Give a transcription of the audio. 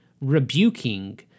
rebuking